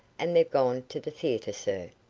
and they've gone to the theatre, sir.